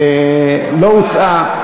לא הוצעה,